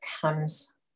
comes